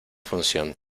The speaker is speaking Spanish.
función